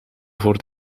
voor